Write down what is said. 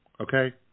okay